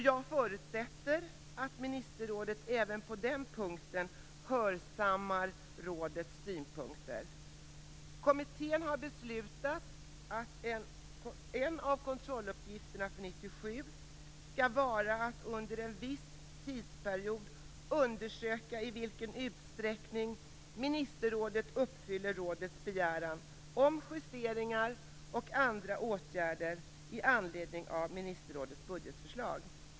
Jag förutsätter att ministerrådet även på den punkten hörsammar rådets synpunkter. Kommittén har dock beslutat att en av kontrolluppgifterna för 1997 skall vara att under en viss tidsperiod undersöka i vilken utsträckning ministerrådet uppfyllt rådets begäran om justeringar och andra åtgärder i anledning av ministerrådets budgetförslag.